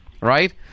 right